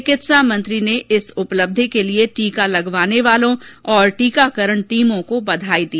चिकित्सा मंत्री ने इस उपलब्धि के लिये टीका लगवाने वालों और टीकांकरण टीमों को बधाई दी